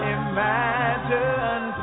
imagine